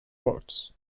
boards